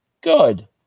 Good